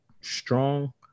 strong